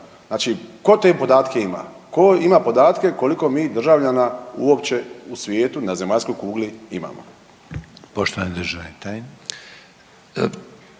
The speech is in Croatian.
Znači tko te podatke ima, ko ima podatke koliko mi državljana uopće u svijetu na zemaljskoj kugli imamo?